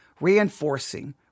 reinforcing